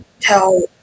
tell